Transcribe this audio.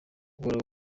uhoraho